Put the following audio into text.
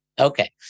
Okay